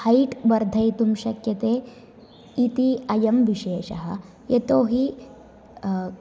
height वर्धयितुं शक्यते इति अयं विशेषः यतोहि